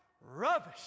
rubbish